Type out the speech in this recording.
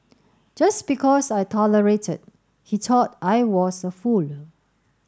just because I tolerated he thought I was a fool